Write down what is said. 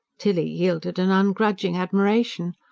tilly yielded an ungrudging admiration.